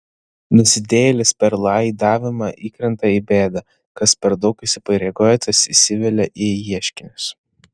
nusidėjėlis per laidavimą įkrinta į bėdą kas per daug įsipareigoja tas įsivelia į ieškinius